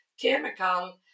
chemical